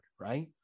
Right